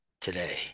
today